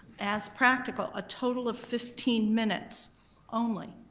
as practical, a total of fifteen minutes only.